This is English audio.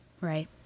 Right